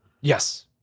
Yes